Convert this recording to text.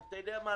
אתה יודע מה,